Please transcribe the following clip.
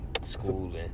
schooling